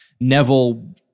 Neville